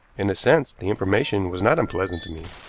in a sense, the information was not unpleasant to me.